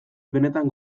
benetan